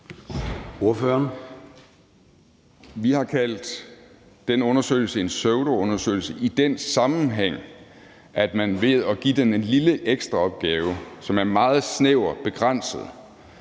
Olesen (LA): Vi har kaldt den undersøgelse en pseudoundersøgelse i den sammenhæng, at man ved at give den en lille ekstraopgave, som er meget snæver og begrænset,